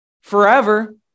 forever